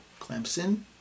Clemson